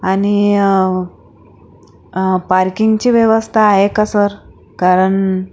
आणि पार्किंगची व्यवस्था आहे का सर कारण